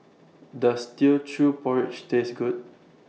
Does Teochew Porridge Taste Good